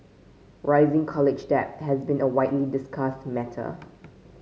rising college debt has been a widely discussed matter